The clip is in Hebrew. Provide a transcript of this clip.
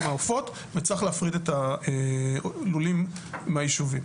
צריך להפריד את הלולים מהיישובים.